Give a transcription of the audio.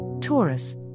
Taurus